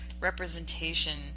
representation